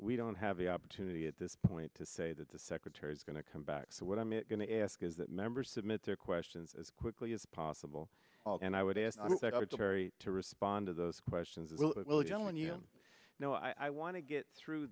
we don't have the opportunity at this point to say that the secretary's going to come back so what i'm going to ask is that members submit their questions as quickly as possible and i would ask jerry to respond to those questions will you when you know i want to get through